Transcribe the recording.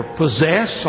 possess